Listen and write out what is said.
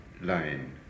line